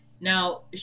now